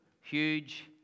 Huge